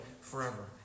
forever